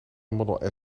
model